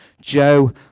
Joe